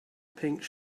pink